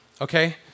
okay